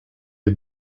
les